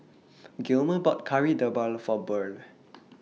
Gilmer bought Kari Debal For Burl